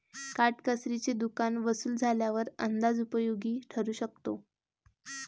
काटकसरीचे दुकान वसूल झाल्यावर अंदाज उपयोगी ठरू शकतो